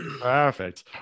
Perfect